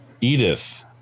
Edith